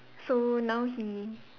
so now he